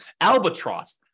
Albatross